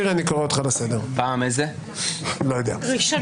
לא יודע.